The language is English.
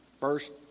First